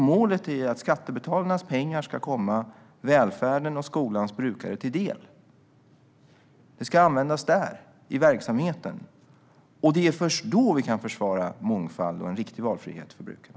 Målet är att skattebetalarnas pengar ska komma välfärden och skolans brukare till del. De ska användas där, i verksamheten. Det är först då vi kan försvara mångfald och en riktig valfrihet för brukarna.